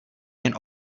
jen